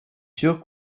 sûr